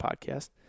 Podcast